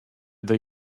they